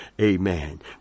amen